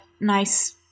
nice